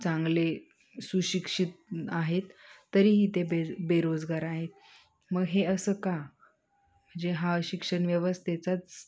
चांगले सुशिक्षित आहेत तरीही ते बे बेरोजगार आहेत मग हे असं का म्हणजे हा शिक्षण व्यवस्थेचाच